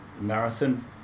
marathon